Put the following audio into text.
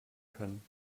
können